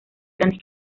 grandes